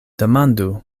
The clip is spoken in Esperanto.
demandu